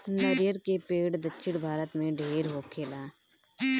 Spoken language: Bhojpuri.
नरियर के पेड़ दक्षिण भारत में ढेर होखेला